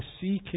seeking